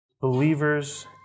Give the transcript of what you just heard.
believers